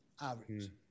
average